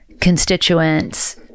constituents